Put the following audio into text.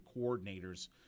coordinators